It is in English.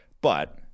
But-